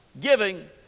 giving